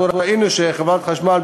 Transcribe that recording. ראינו שחברת חשמל,